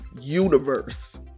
universe